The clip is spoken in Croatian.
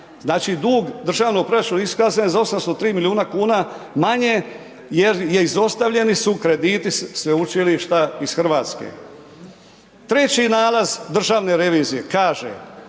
znači dug državnog proračuna iskazan je za 803 milijuna kuna manje jer je izostavljeni su krediti sveučilišta iz RH. Treći nalaz državne revizije kaže,